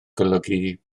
golygu